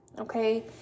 Okay